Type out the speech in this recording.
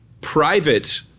private